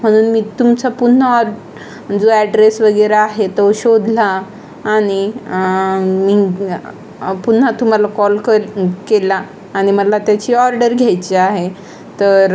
म्हणून मी तुमचा पुन्हा ऑ जो ॲड्रेस वगैरे आहे तो शोधला आणि निंग् पुन्हा तुम्हाला कॉल केल् केला आणि मला त्याची ऑर्डर घ्यायची आहे तर